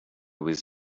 was